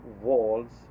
walls